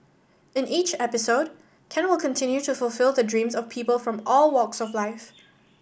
in each episode Ken will continue to fulfil the dreams of people from all walks of life